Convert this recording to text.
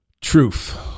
Truth